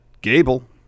Gable